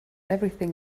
everything